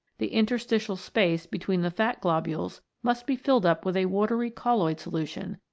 the interstitial space between the fat-globules must be filled up with a watery colloid solution,